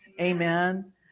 Amen